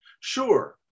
Sure